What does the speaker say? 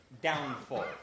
downfall